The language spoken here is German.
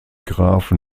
grafen